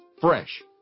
Fresh